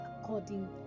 according